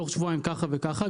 תוך שבועיים ככה וככה,